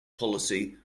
policy